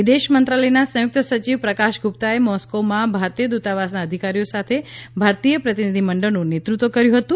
વિદેશ મંત્રાલયના સંયુક્ત સચિવ પ્રકાશ ગુપ્તાએ મોસ્કોમાં ભારતીય દ્રતાવાસના અધિકારીઓ સાથે ભારતીય પ્રતિનિધિમંડળનું નેતૃત્વ કર્યું હતું